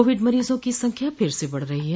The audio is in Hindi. कोविड मरीजों की संख्या फिर से बढ रही है